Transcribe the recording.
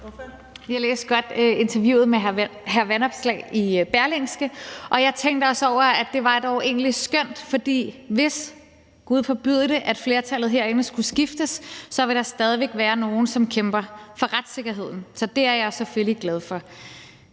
Jeg læste godt interviewet med hr. Alex Vanopslagh i Berlingske, og jeg tænkte også, at det da egentlig var skønt, for hvis – gud forbyde det – flertallet herinde skulle skifte, ville der stadig væk være nogle, som kæmpede for retssikkerheden. Så det er jeg selvfølgelig glad for.